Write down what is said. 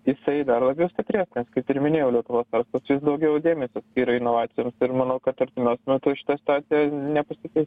jisai dar labiau stiprės nes kaip ir minėjau lietuvos verslas vis daugiau dėmesio skiria inovacijoms ir manau kad artimiausiu metu šita situacija nepasikeis